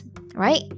right